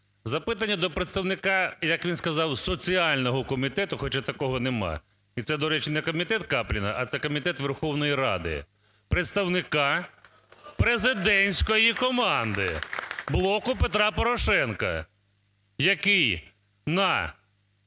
Запитання до представника, як він сказав, соціального комітету, хоча такого немає (і це, до речі, не комітет Капліна, а це комітет Верховної Ради), представника президентської команди "Блоку Петра Порошенка", який на